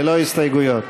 ללא הסתייגויות.